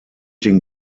den